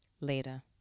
Later